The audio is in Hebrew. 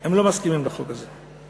הם לא מסכימים לחוק הזה.